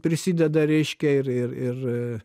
prisideda reiškia ir ir ir